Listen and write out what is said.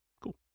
Cool